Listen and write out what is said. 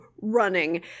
running